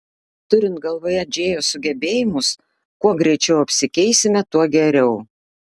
turint galvoje džėjos sugebėjimus kuo greičiau apsikeisime tuo geriau